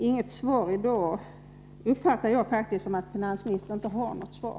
I dag uppfattar jag det som att finansministern inte har något svar.